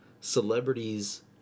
celebrities